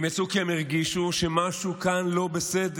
הם יצאו כי הם הרגישו שמשהו כאן לא בסדר,